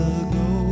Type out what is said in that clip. ago